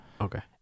okay